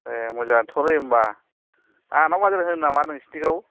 ए मोजांथ'लै होनबा आनन्द बाजार होनो नामा नोंसोरनिखौ